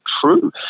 true